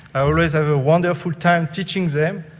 i always have a wonderful time teaching them,